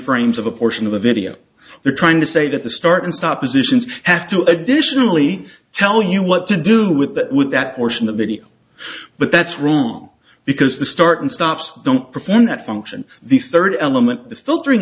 frames of a portion of the video they're trying to say that the start and stop positions have to additionally tell you what to do with that with that portion of video but that's wrong because the start and stops don't perform that function the third element the filtering